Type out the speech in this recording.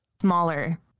smaller